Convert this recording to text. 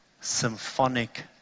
symphonic